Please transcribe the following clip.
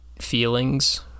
feelings